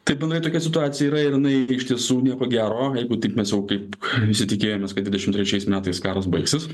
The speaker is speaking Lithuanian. taip jinai tokia situacija yra ir jinai iš tiesų nieko gero jeigu tik mes kaip visi tikėjomės kad dvidešimt trečiais metais karas baigsis